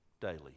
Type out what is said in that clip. daily